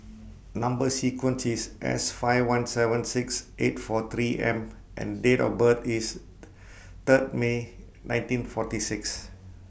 Number sequence IS S five one seven six eight four three M and Date of birth IS Third May nineteen forty six